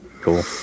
Cool